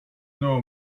know